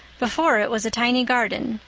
before it was a tiny garden,